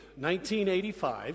1985